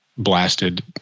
blasted